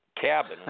cabin